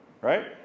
Right